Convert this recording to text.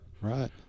Right